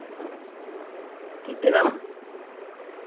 ᱜᱤᱛᱤᱡ ᱮᱱᱟᱢ